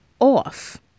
off